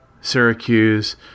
Syracuse